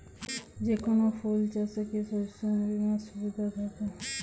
যেকোন ফুল চাষে কি শস্য বিমার সুবিধা থাকে?